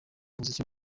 umuziki